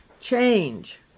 change